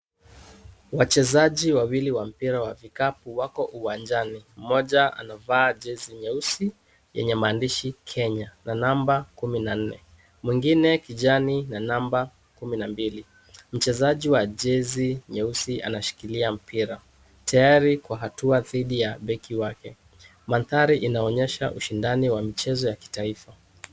Wachezaji wawili wa mpira wa kikapu wako uwanjani. Mmoja amevaa jezi nyeusi yenye maandishi Kenya na namba kumi na nne, mwingine kijani na namba kumi na mbili. Mchezaji wa jezi nyeusi anashikilia mpira tayari kwa hatua dhidi ya beki wake. Mandhari inaonyesha ushindani wa michezo ya kitaifa.